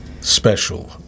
special